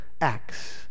Acts